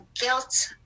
guilt